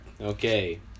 Okay